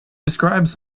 describes